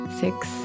six